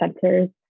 centers